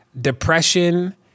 depression